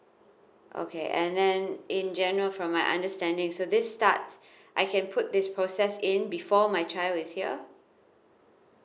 okay and then in general from my understanding so this starts I can put this process in before my child is here